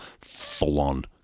full-on